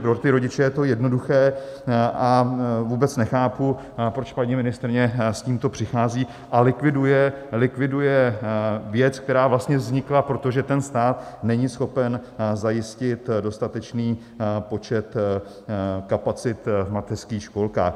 Pro ty rodiče je to jednoduché a vůbec nechápu, proč paní ministryně s tímto přichází a likviduje věc, která vlastně vznikla proto, že stát není schopen zajistit dostatečný počet kapacit v mateřských školkách.